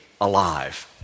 alive